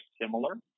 similar